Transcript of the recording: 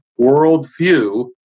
worldview